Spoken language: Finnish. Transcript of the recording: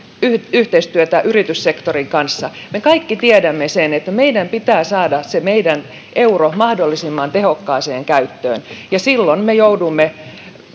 yhteistyötä yrityssektorin kanssa me kaikki tiedämme sen että meidän pitää saada se meidän euro mahdollisimman tehokkaaseen käyttöön ja silloin me joudumme